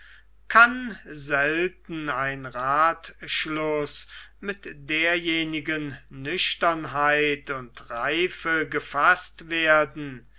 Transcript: kann selten ein rathschluß mit derjenigen nüchternheit und reife gefaßt werden